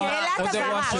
שאלת הבהרה.